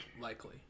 Likely